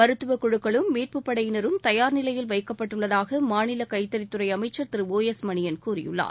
மருத்துவக் குழுக்களும் மீட்புப் படையினரும் தயார் நிலையில் வைக்கப்பட்டுள்ளதாக மாநில கைத்தறித்துறை அமைச்சர் திரு ஒ எஸ் மணியன் கூறியுள்ளார்